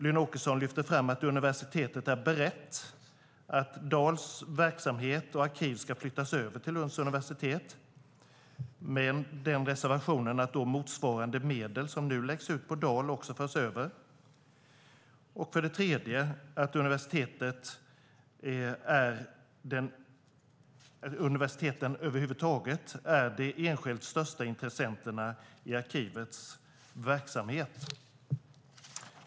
Lynn Åkesson lyfter fram att universitetet är berett på att Dals verksamhet och arkiv ska flyttas över till Lunds universitet, med den reservationen att motsvarande medel som nu läggs ut på Dal också förs över. Hon lyfter också fram att universiteten över huvud taget är de enskilt största intressenterna när det gäller arkivets verksamhet.